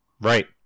Right